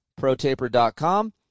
Protaper.com